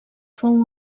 fou